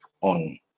on